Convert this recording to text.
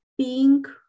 Pink